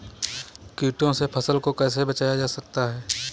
कीटों से फसल को कैसे बचाया जा सकता है?